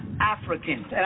Africans